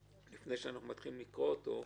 לפני שאנחנו מתחילים לקרוא את הצעת החוק,